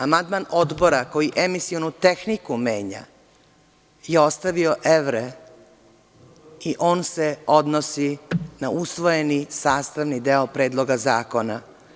Amandman Odbora koji „Emisionu tehniku“ menja je ostavio evre i on se odnosi na usvojeni sastavni deo Predloga zakona.